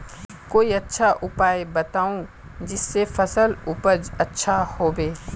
कोई अच्छा उपाय बताऊं जिससे फसल उपज अच्छा होबे